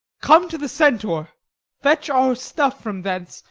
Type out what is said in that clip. come to the centaur fetch our stuff from thence.